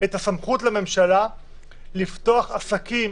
את הסמכות לממשלה לפתוח עסקים,